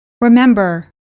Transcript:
Remember